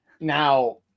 now